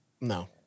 No